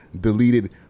deleted